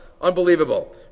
Unbelievable